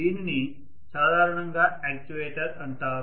దీనిని సాధారణంగా యాక్యుయేటర్ అంటారు